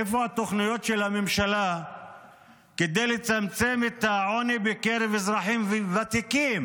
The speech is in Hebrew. איפה התוכניות של הממשלה כדי לצמצם את העוני בקרב אזרחים ותיקים?